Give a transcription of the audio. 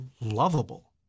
lovable